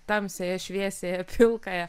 tamsiąją šviesiąją pilkąją